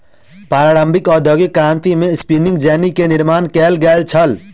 प्रारंभिक औद्योगिक क्रांति में स्पिनिंग जेनी के निर्माण कयल गेल छल